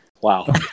Wow